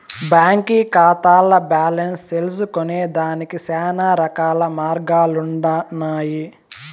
బాంకీ కాతాల్ల బాలెన్స్ తెల్సుకొనేదానికి శానారకాల మార్గాలుండన్నాయి